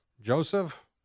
Joseph